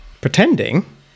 Pretending